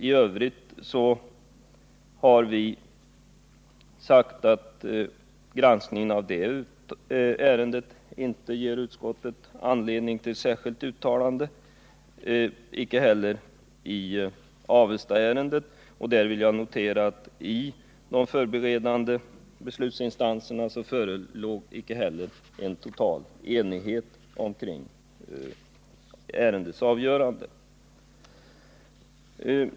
I övrigt har vi sagt att granskningen inte ger utskottet anledning till särskilt uttalande i det ärendet och inte heller i Avestaärendet. I det senare fallet vill jag notera att det i de förberedande beslutsinstanserna inte förelåg någon total enighet kring ärendets avgörande.